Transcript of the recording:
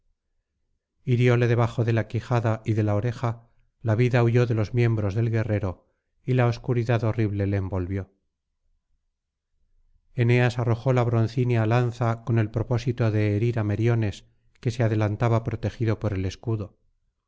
hirióle debajo de la quijada y de la oreja la vida huyó de los miembros del guerrero y la obscuridad horrible le envolvió eneas arrojó la broncínea lanza con el propósito de herir á meriones que se adelantaba protegido por el escudo